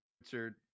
Richard